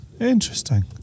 Interesting